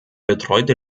betreute